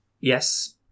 yes